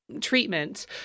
treatment